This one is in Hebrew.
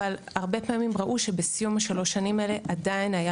אבל הרבה פעמים ראו שבסיום שלוש השנים האלו עדיין היה